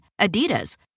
Adidas